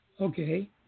Okay